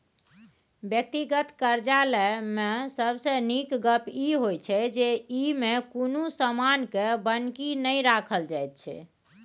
व्यक्तिगत करजा लय मे सबसे नीक गप ई होइ छै जे ई मे कुनु समान के बन्हकी नहि राखल जाइत छै